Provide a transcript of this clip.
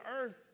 earth